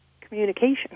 communication